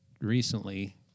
recently